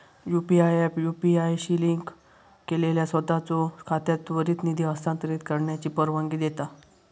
UPI app UPI शी link केलेल्या सोताचो खात्यात त्वरित निधी हस्तांतरित करण्याची परवानगी देता